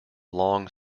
long